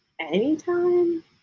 Anytime